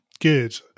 Good